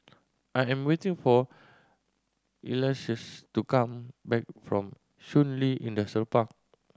I am waiting for to come back from Shun Li Industrial Park